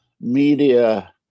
media